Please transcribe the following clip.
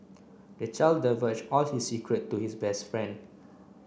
the child divulged all his secret to his best friend